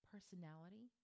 personality